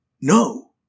No